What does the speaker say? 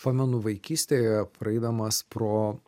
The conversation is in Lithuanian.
pamenu vaikystėje praeidamas pro